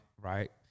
Right